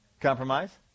Compromise